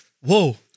Whoa